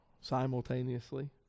simultaneously